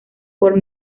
por